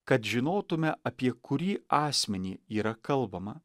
kad žinotume apie kurį asmenį yra kalbama